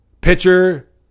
pitcher